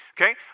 Okay